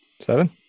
Seven